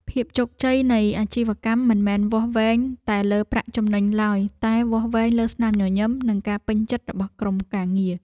ភាពជោគជ័យនៃអាជីវកម្មមិនមែនវាស់វែងតែលើប្រាក់ចំណេញឡើយ តែវាស់វែងលើស្នាមញញឹមនិងការពេញចិត្តរបស់ក្រុមការងារ។